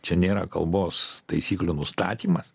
čia nėra kalbos taisyklių nustatymas